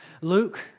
Luke